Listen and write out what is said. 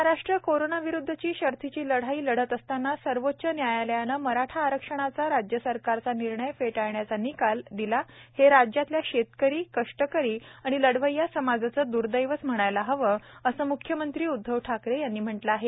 Maharashtra corona विरुद्धची शर्थीची लढाई लढत असताना सर्वोच्च न्यायालयानं मराठा आरक्षणाचा राज्य सरकारचा निर्णय फेटाळण्याचा निकाल दिला हे राज्यातल्या शेतकरी कष्टकरी आणि लढवय्या समाजाचं द्र्देवच म्हणायला हवं असं म्ख्यमंत्री उद्वव ठाकरे यांनी म्हटलं आहे